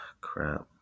Crap